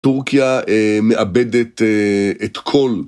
טורקיה מאבדת את כל.